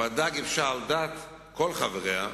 הוועדה גיבשה על דעת כל חבריה,